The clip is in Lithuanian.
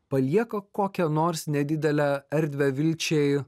palieka kokią nors nedidelę erdvę vilčiai